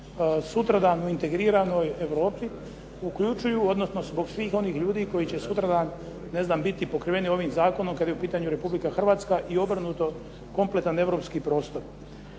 sutradan u integriranoj Europi uključuju, odnosno zbog svih onih ljudi koji će sutradan ne znam biti pokrivene ovim zakonom kada je u pitanju Republika Hrvatska i obrnuto kompletan europski prostor.